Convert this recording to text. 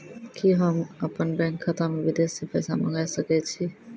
कि होम अपन बैंक खाता मे विदेश से पैसा मंगाय सकै छी?